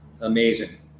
amazing